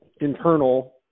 internal